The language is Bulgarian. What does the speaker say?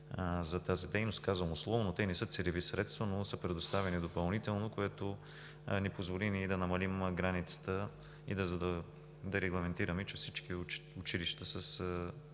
за тази дейност. Казвам „условно“, защото те не са целеви средства, но са предоставени допълнително, което ни позволи да намалим границата и да регламентираме, че всички училища с